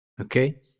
Okay